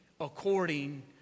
according